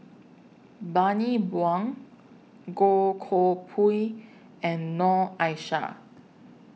Bani Buang Goh Koh Pui and Noor Aishah